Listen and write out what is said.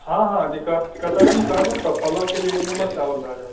हॅं हॅं कतरनी कहलहुॅं तऽ पलाऊ के लिये एक नंबर चावल भय जायत